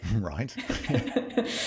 Right